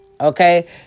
okay